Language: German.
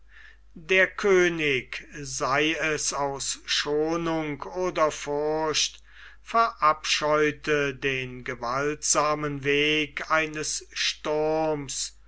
der könig sei es aus schonung oder furcht verabscheute den gewaltsamen weg eines sturms